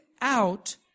out